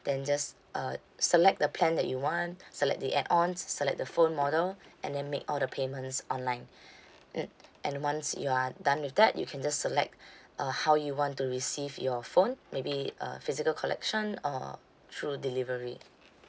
then just uh select the plan that you want select the add-ons select the phone model and then make all the payments online mm and once you are done with that you can just select uh how you want to receive your phone maybe uh physical collection or through delivery